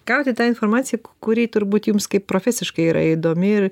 gauti tą informaciją kuri turbūt jums kaip profesiškai yra įdomi ir